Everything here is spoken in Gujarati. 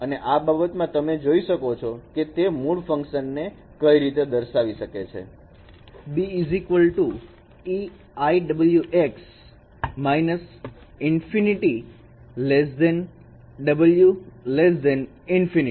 અને આ બાબતમાં તમે જોઈ શકો છો કે તેનું મૂળ ફંકશન કઈ રીતે દર્શાવી શકાય છે B ejωx| −∞ ω ∞ eq